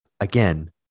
again